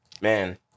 Man